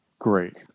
great